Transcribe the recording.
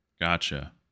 Gotcha